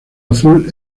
azul